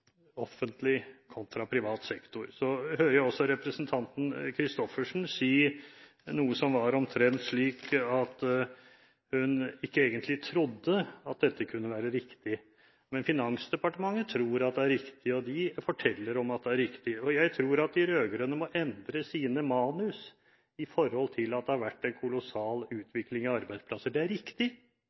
offentlig kontra privat sektor, hører jeg også representanten Kristoffersen si noe om at hun ikke egentlig trodde at dette kunne være riktig. Men Finansdepartementet tror at det er riktig, og de forteller at det er riktig. Jeg tror at de rød-grønne må endre sine manus med tanke på at det har vært en kolossal utvikling av arbeidsplasser. Det er riktig,